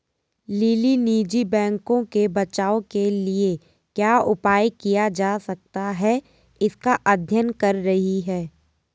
lily निजी बैंकों के बचाव के लिए क्या उपाय किया जा सकता है इसका अध्ययन कर रही है